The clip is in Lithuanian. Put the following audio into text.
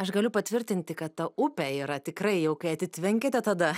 aš galiu patvirtinti kad ta upė yra tikrai jau kai atitvenkėte tada